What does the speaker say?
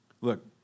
Look